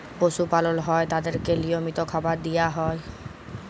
পশু পালল হ্যয় তাদেরকে লিয়মিত খাবার দিয়া হ্যয়